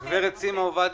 גברת סימה עובדיה,